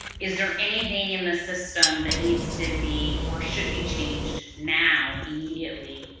is there anything in the system that needs to be or should be changed, now, immediately,